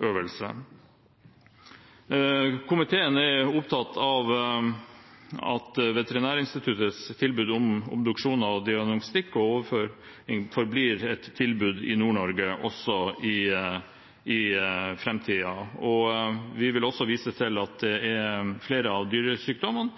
øvelse. Komiteen er opptatt av at Veterinærinstituttets tilbud om obduksjoner, diagnostikk og overvåkning forblir et tilbud i Nord-Norge også i framtiden. Vi vil også vise til at flere av dyresykdommene